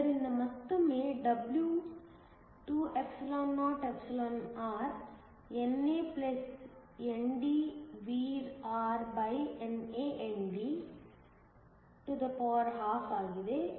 ಆದ್ದರಿಂದ ಮತ್ತೊಮ್ಮೆ W 2orNANoVrNAND12 ಆಗಿದೆ